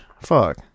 Fuck